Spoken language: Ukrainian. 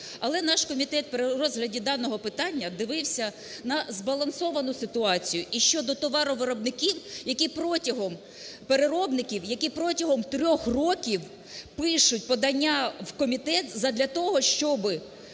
Але наш комітет при розгляді даного питання дивився на збалансовану ситуацію і щодо товаровиробників, які протягом… переробників, які протягом трьох років пишуть подання в комітет задля того, щоб